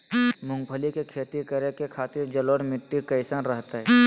मूंगफली के खेती करें के खातिर जलोढ़ मिट्टी कईसन रहतय?